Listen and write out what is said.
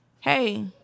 hey